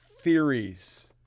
theories